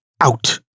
out